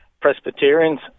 Presbyterians